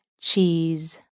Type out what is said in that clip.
cheese